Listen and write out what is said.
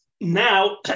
Now